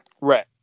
Right